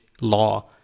law